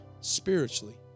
spiritually